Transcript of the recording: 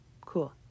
cool